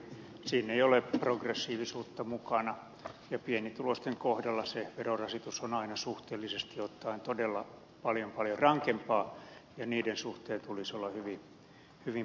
siinä ei ole progressiivisuutta mukana ja pienituloisten kohdalla se verorasitus on aina suhteellisesti ottaen todella paljon paljon rankempaa ja niiden suhteen tulisi olla hyvin pidättyväinen